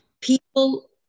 people